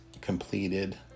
completed